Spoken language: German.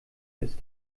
ist